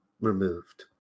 removed